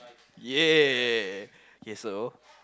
ya k so